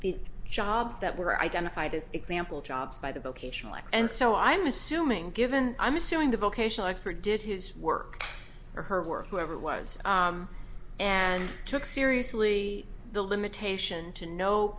the jobs that were identified as example jobs by the vocational x and so i'm assuming given i'm assuming the vocational expert did his work or her work whoever it was and took seriously the limitation to no